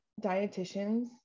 dietitians